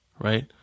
right